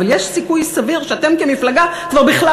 אבל יש סיכוי סביר שאתם כמפלגה כבר בכלל